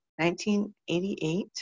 1988